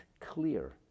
clear